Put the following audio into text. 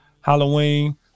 Halloween